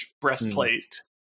breastplate